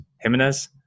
Jimenez